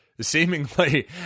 seemingly